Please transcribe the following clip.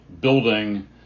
building